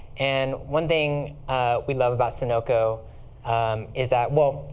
and one thing we love about sonoko um is that well,